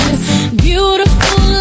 Beautiful